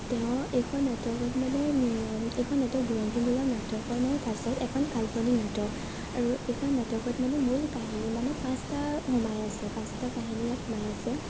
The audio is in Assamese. তেওঁ এইখন নাটকত মানে এইখন নাটক বুৰঞ্জীমূলক নাটকৰ মানে ঠাঁচত মানে এখন কাল্পনিক নাটক আৰু এইখন নাটকত মানে মূল কাহিনী মানে পাঁচটা সোমাই আছে পাঁচটা কাহিনী ইয়াত সোমাই আছে